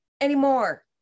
Anymore